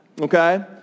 okay